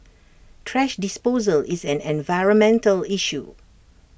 thrash disposal is an environmental issue